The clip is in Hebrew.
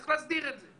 צריך להסדיר את זה,